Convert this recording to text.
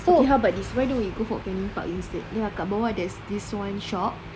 so how about this why don't we go for fort canning park instead ya kat bawah there's this one shop